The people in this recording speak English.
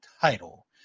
title